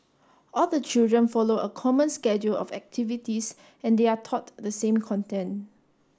all the children follow a common schedule of activities and they are taught the same content